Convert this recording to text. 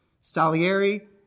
Salieri